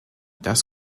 das